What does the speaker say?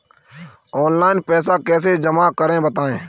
Online पैसा कैसे जमा करें बताएँ?